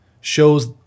shows